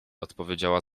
odpowiedziała